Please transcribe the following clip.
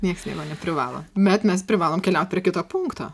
nieks nieko neprivalo bet mes privalom keliaut prie kito punkto